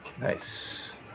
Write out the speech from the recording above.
Nice